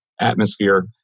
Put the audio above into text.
atmosphere